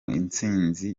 intsinzi